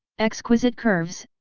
exquisite curves,